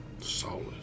Solid